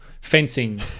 fencing